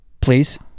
Please